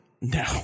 No